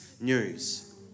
news